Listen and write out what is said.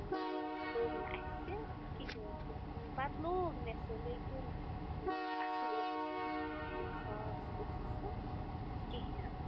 تہٕ سُہ لوٚگ نہٕ مےٚ اَسہِ کِہیٖنۍ تہِ پتہٕ لوگ مےٚ سُہ لیکِن اصٕل اوس نہٕ سُہ کِہیٖنۍ تہِ خاص اوس نہٕ سُہ کِہیٖنۍ